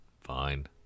Fine